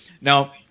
Now